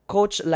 Coach